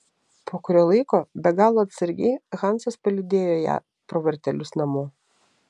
po kurio laiko be galo atsargiai hansas palydėjo ją pro vartelius namo